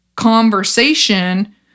conversation